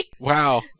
Wow